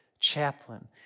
Chaplain